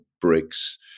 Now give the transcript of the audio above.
bricks